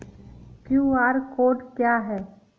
QR code क्या है?